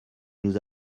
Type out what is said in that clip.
nous